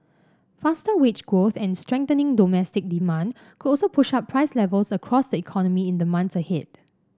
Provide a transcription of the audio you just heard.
faster wage growth and strengthening domestic demand could also push up price levels across the economy in the months ahead